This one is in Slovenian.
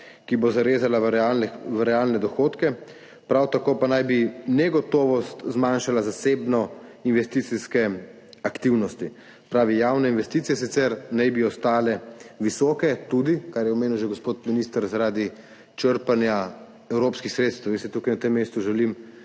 ki bo zarezala v realne dohodke, prav tako pa naj bi negotovost zmanjšala zasebne investicijske aktivnosti. Se pravi, javne investicije sicer naj bi ostale visoke, tudi – kar je omenil že gospod minister – zaradi črpanja evropskih sredstev. Jaz si tukaj na tem mestu želim,